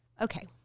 Okay